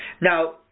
Now